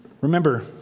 Remember